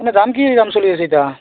এনেই দাম কি দাম চলি আছে এতিয়া